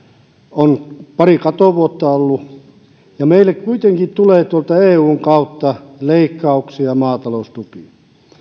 on pari katovuotta ollut ja meille kuitenkin tulee tuolta eun kautta leikkauksia maataloustukiin